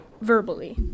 verbally